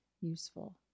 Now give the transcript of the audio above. useful